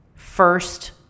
first